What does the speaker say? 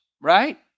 right